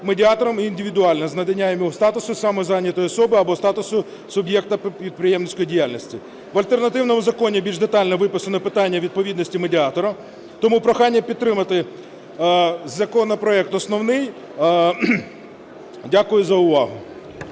медіатором індивідуально, з наданням йому статусу самозайнятої особи або статусу суб'єкта підприємницької діяльності. В альтернативному законі більш детально виписано питання відповідності медіатора, тому прохання підтримати законопроект основний. Дякую за увагу.